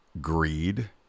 greed